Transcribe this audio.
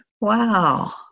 Wow